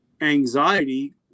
anxiety